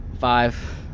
Five